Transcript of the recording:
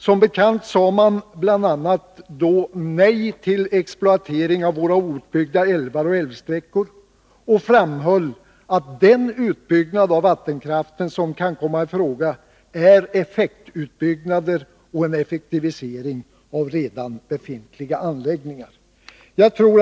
Som bekant sade man då bl.a. nej till exploatering av våra outbyggda älvar och älvsträckor, och man framhöll att den utbyggnad av vattenkraften som kan komma i fråga gäller effektutbyggnader och en effektivisering av redan befintliga anläggningar. Herr talman!